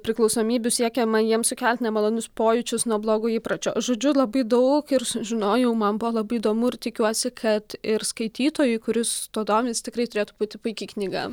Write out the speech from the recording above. priklausomybių siekiama jiems sukelt nemalonius pojūčius nuo blogo įpročio žodžiu labai daug ir sužinojau man buvo labai įdomu ir tikiuosi kad ir skaitytojui kuris tuo domis tikrai turėtų būti puiki knyga